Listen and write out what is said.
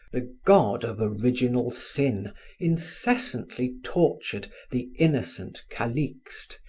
the god of original sin incessantly tortured the innocent calixte,